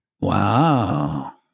Wow